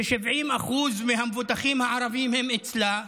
ש-70% מהמבוטחים הערבים הם אצלה,